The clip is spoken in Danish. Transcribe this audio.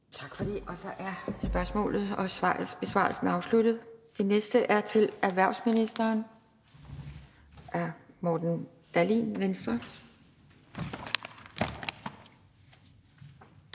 Tak for det. Så er spørgsmålet og besvarelsen afsluttet. Det næste spørgsmål er til erhvervsministeren af Morten Dahlin, Venstre.